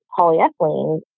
polyethylene